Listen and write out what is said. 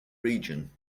region